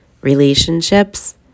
relationships